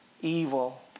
evil